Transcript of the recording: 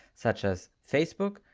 such as facebook,